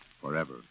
forever